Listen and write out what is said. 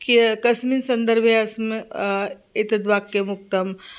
कि कस्मिन् सन्दर्भे अस्य एतद् वाक्यमुक्तं